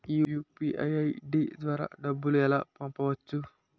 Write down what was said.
UPI ID ద్వారా డబ్బులు ఎలా పంపవచ్చు?